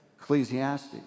Ecclesiastes